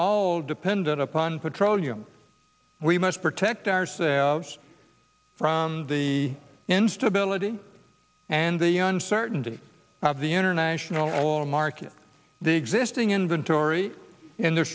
all dependent upon petroleum we must protect ourselves from the instability and the uncertainty of the international law market the existing inventory in the